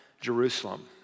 Jerusalem